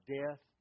death